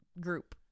group